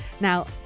Now